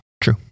True